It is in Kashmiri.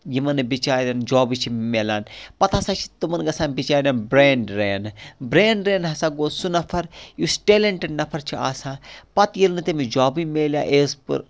یِمَن نہٕ بِچارٮ۪ن جابٕے چھِ مِلان پَتہٕ ہَسا چھِ تِمَن گَژھان بِچارٮ۪ن بریٚن ڈرین بریٚن ڈرین ہَسا گوٚو سُہ نَفَر یُس ٹیلَنٹِڑ نَفَر چھُ آسان پَتہٕ ییٚلہِ نہٕ تٔمِس جابٕے مِلیو ایز پٔر